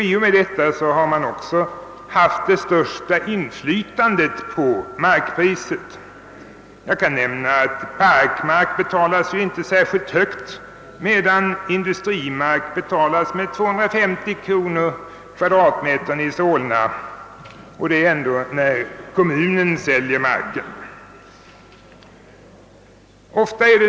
I och med detta har kommunerna också haft det största inflytandet på markpriserna. Jag kan nämna att parkmark inte betalas särskilt högt, medan industrimark betalas med 250 kronor per kvadratmeter i Solna — och det är ändå när kommunen säljer marken.